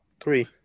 three